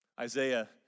Isaiah